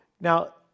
Now